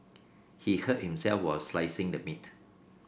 he hurt himself while slicing the meat